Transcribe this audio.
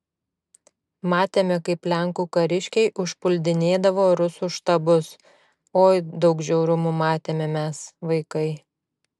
matėme kaip lenkų kariškiai užpuldinėdavo rusų štabus oi daug žiaurumų matėme mes vaikai